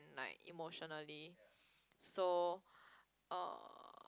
like emotionally so uh